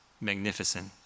magnificent